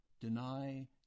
Deny